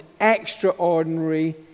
extraordinary